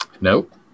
Nope